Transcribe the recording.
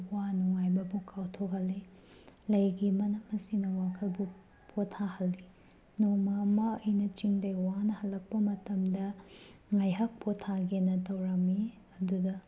ꯑꯋꯥ ꯅꯨꯡꯉꯥꯏꯕꯕꯨ ꯀꯥꯎꯊꯣꯛꯍꯜꯂꯤ ꯂꯩꯒꯤ ꯃꯅꯝ ꯑꯁꯤꯅ ꯋꯥꯈꯜꯕꯨ ꯄꯣꯊꯥꯍꯜꯂꯤ ꯅꯣꯡꯃ ꯑꯃ ꯑꯩꯅ ꯆꯤꯡꯗꯩ ꯋꯥꯅ ꯍꯜꯂꯛꯄ ꯃꯇꯝꯗ ꯉꯥꯏꯍꯥꯛ ꯄꯣꯊꯥꯒꯦꯅ ꯇꯧꯔꯝꯃꯤ ꯑꯗꯨꯗ